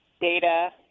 data